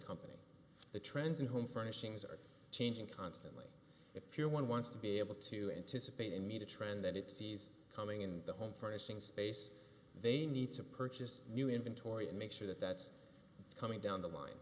company the trends in home furnishings are changing constantly if you're one wants to be able to anticipate a meta trend that it sees coming in the home furnishing space they need to purchase new inventory and make sure that that's coming down the line